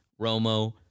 Romo